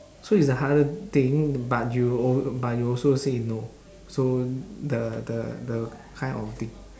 so is the hardest thing but you al~ but you also say no so the the the kind of thing